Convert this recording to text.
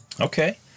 okay